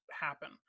happen